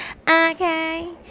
Okay